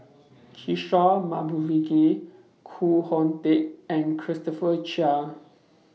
Kishore Koh Hoon Teck and Christopher Chia